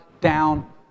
down